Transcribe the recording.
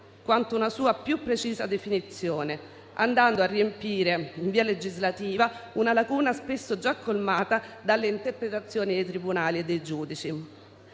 quanto una sua più precisa definizione, andando a riempire in via legislativa una lacuna spesso già colmata dalle interpretazioni dei tribunali e dei giudici.